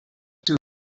two